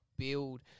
build